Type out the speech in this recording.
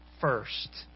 first